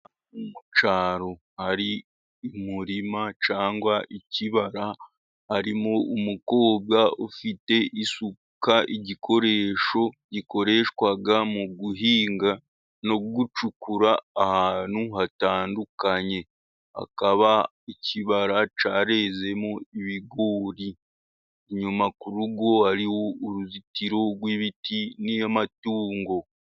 Mu cyaro hari umurima cyangwa ikibara harimo umukobwa ufite isuka, igikoresho gikoreshwa mu guhinga no gucukura ahantu hatandukanye. Hakaba ikibara carezemo ibigori. Inyuma ku rugo hari uruzitiro rw'ibiti n'amatungo.